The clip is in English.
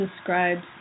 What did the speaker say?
describes